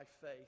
faith